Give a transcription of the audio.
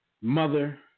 mother